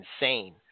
insane